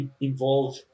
involve